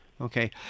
Okay